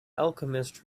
alchemist